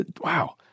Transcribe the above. Wow